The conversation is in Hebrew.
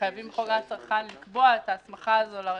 חייבים בחוק הגנת הצרכן לקבוע את ההסמכה הזו לממונה.